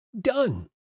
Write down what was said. done